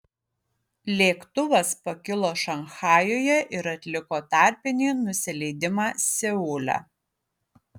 lėktuvas pakilo šanchajuje ir atliko tarpinį nusileidimą seule